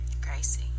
Gracie